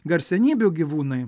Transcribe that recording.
garsenybių gyvūnai